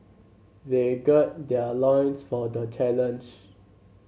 they gird their loins for the challenge